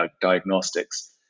Diagnostics